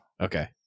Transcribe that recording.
Okay